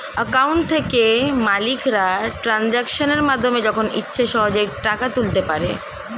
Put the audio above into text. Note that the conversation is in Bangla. অ্যাকাউন্ট থেকে মালিকরা ট্রানজাকশনের মাধ্যমে যখন ইচ্ছে সহজেই টাকা তুলতে পারে